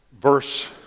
verse